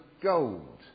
gold